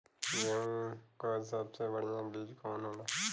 गेहूँक सबसे बढ़िया बिज कवन होला?